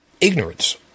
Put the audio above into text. ignorance